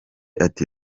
ati